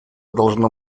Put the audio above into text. должно